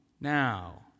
now